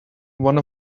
one